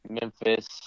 Memphis